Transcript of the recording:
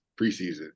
preseason